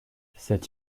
cette